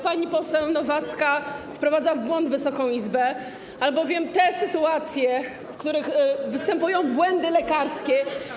Pani poseł Nowacka wprowadza w błąd Wysoką Izbę, albowiem te sytuacje, w których występują błędy lekarskie.